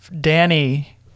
Danny